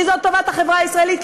כי זאת טובת החברה הישראלית,